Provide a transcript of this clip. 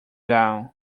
down